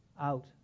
out